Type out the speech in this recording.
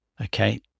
Okay